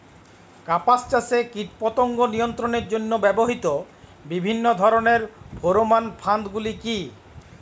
কাপাস চাষে কীটপতঙ্গ নিয়ন্ত্রণের জন্য ব্যবহৃত বিভিন্ন ধরণের ফেরোমোন ফাঁদ গুলি কী?